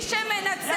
יאיר גולן, יאיר גולן.